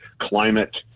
climate